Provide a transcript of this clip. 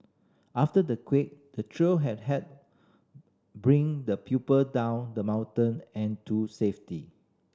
after the quake the trio had helped bring the pupil down the mountain and to safety